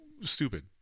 stupid